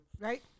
Right